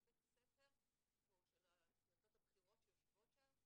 בית הספר או של היועצות הבכירות שיושבות שם,